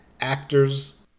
actors